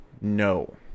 No